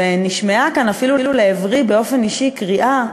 ונשמעה כאן אפילו לעברי באופן אישי קריאה,